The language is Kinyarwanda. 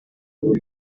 gusa